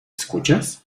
escuchas